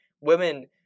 women